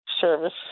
service